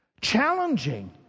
Challenging